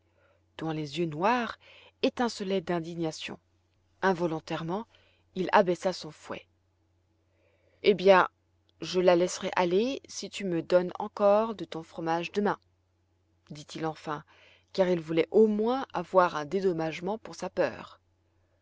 dont les yeux noirs étincelaient d'indignation involontairement il abaissa son fouet eh bien je la laisserai aller si tu me donnes encore de ton fromage demain dit-il enfin car il voulait au moins avoir un dédommagement pour sa peur